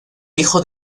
hijo